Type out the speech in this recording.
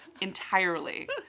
entirely